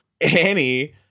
Annie